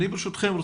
ברשותכם,